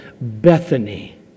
Bethany